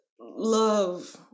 love